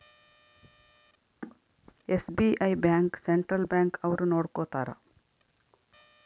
SBI bank central bank ಅವ್ರು ನೊಡ್ಕೋತರ